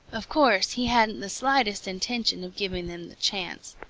of course, he hadn't the slightest intention of giving them the chance.